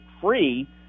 free